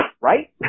Right